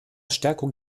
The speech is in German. stärkung